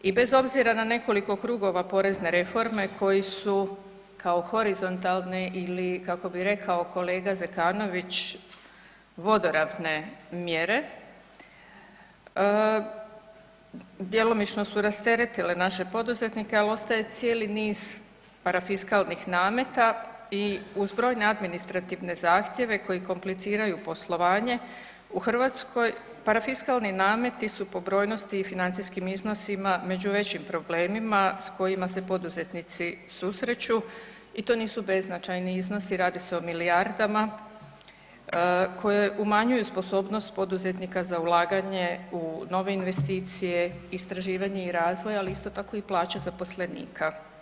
I bez obzira na nekoliko krugova porezne reforme koji su kao horizontalni ili kako bi rekao kolega Zekanović vodoravne mjere, djelomično su rasteretile naše poduzetnike, ali ostaje cijeli niz parafiskalnih nameta i uz brojne administrativne zahtjeve koji kompliciraju poslovanje, u Hrvatskoj parafiskalni nameti su po brojnosti i financijskim iznosima među većim problemima s kojima se poduzetnici susreću i to nisu beznačajni iznosi, radi se o milijardama koje umanjuju sposobnost poduzetnika za ulaganje u nove investicije, istraživanje i razvoj ali isto tako i plaće zaposlenika.